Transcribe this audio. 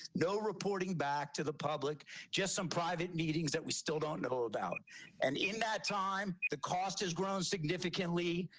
no reporting back to the public just some private meetings that we still don't know about. markgelband and in that time, the cost has grown significantly.